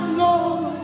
lord